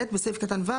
(ב) בסעיף קטן (ו),